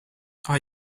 are